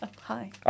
hi